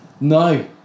No